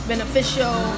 Beneficial